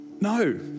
No